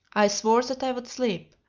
i swore that i would sleep.